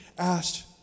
asked